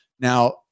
now